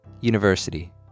University